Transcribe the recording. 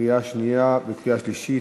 בקריאה שנייה וקריאה שלישית.